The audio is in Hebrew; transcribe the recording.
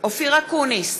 אופיר אקוניס,